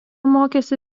mokėsi